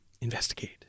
Investigate